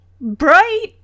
bright